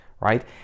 right